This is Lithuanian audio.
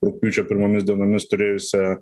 rugpjūčio pirmomis dienomis turėjusią